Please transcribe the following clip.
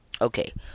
okay